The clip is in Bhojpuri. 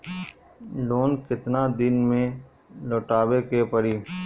लोन केतना दिन में लौटावे के पड़ी?